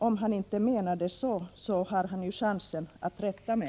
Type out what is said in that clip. Om han inte menade så, har han chansen att här rätta mig.